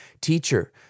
Teacher